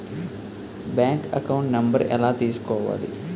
Bank account number ఎలా తీసుకోవాలి?